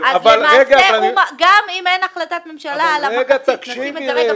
אז למעשה גם אם אין החלטת ממשלה על המחצית השנייה,